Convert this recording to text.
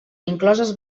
incloses